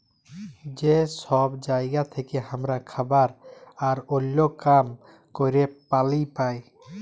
যে সব জায়গা থেক্যে হামরা খাবার আর ওল্য কাম ক্যরের পালি পাই